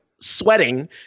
sweating